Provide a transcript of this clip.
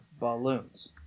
balloons